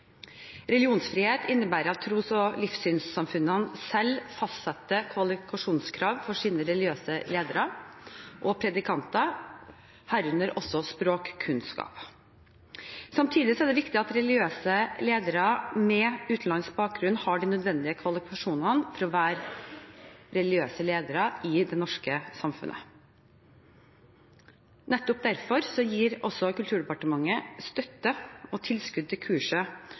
Religionsfrihet innebærer at tros- og livssynssamfunnene selv fastsetter kvalifikasjonskrav for sine religiøse ledere og predikanter, herunder også språkkunnskap. Samtidig er det viktig at religiøse ledere med utenlandsk bakgrunn har de nødvendige kvalifikasjonene for å være religiøse ledere i det norske samfunnet. Nettopp derfor gir også Kulturdepartementet støtte og tilskudd til kurset